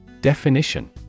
Definition